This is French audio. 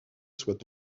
soit